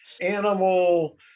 animal